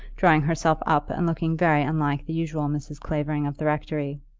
drawing herself up and looking very unlike the usual mrs. clavering of the rectory.